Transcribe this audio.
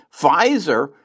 Pfizer